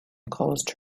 caused